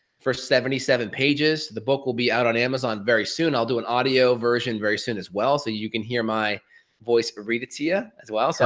for seventy seven pages, the book will be out on amazon very soon. i'll do an audio version very soon as well, so you can hear my voice read it to ya, as well. so